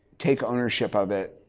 take ownership of it.